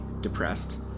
depressed